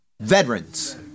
veterans